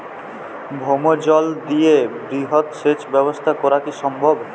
ভৌমজল দিয়ে বৃহৎ সেচ ব্যবস্থা করা কি সম্ভব?